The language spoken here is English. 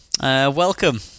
Welcome